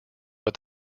but